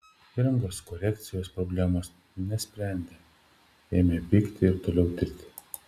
įrangos korekcijos problemos nesprendė ėmė pykti ir toliau tirti